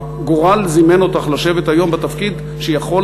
הגורל זימן אותך לשבת היום בתפקיד שיכול